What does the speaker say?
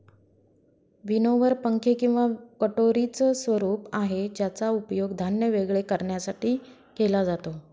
winnower पंखे किंवा कटोरीच स्वरूप आहे ज्याचा उपयोग धान्य वेगळे करण्यासाठी केला जातो